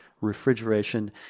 refrigeration